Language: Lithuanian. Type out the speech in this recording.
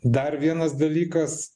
dar vienas dalykas